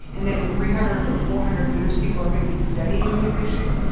and that in three hundred or four hundred years, people are going to be studying these issues.